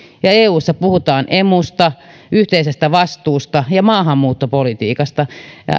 ja eussa puhutaan emusta yhteisestä vastuusta ja maahanmuuttopolitiikasta